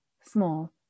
small